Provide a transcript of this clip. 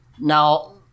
now